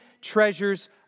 treasures